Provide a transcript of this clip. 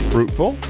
Fruitful